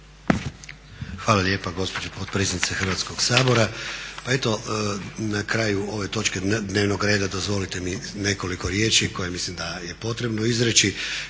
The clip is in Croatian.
Hvala lijepa gospođo potpredsjednice Hrvatskog sabora. Pa eto na kraju ove točke dnevnog reda dozvolite mi nekoliko riječi koje mislim da je potrebno izreći.